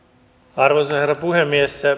arvoisa herra puhemies